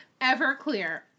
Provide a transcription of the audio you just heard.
Everclear